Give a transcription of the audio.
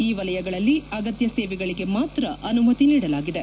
ಈ ವಲಯಗಳಲ್ಲಿ ಅಗತ್ತ ಸೇವೆಗಳಿಗೆ ಮಾತ್ರ ಅನುಮತಿ ನೀಡಲಾಗಿದೆ